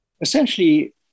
Essentially